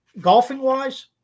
golfing-wise